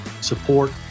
support